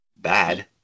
bad